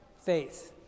faith